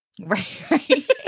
Right